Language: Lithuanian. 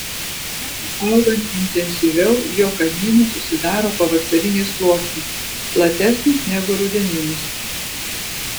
medžiui augant intensyviau jo kamiene susidaro pavasarinis sluoksnis platesnis negu rudeninis